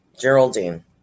Geraldine